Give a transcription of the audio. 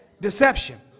Deception